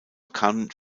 cannes